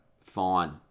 fine